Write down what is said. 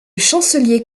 chancelier